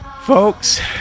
folks